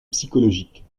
psychologique